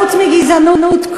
חוץ מגזענות,